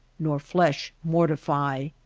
nor flesh mortify.